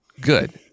good